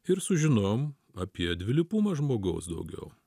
ir sužinojom apie dvilypumą žmogaus daugiau